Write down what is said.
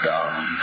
Down